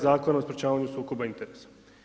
Zakona o sprječavanju sukoba interesa.